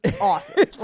awesome